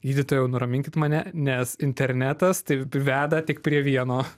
gydytojau nuraminkit mane nes internetas tai veda tik prie vieno